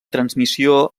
transmissió